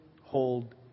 hold